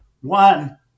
one